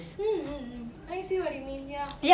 mm mm mm I see what you mean ya